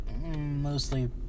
mostly